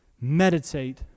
Meditate